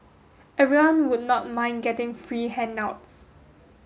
everyone would not mind getting free handouts